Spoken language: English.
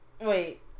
Wait